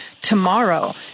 tomorrow